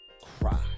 Cry